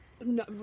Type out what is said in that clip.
No